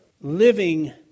living